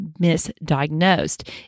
misdiagnosed